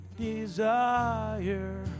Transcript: desire